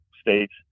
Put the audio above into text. states